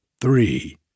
three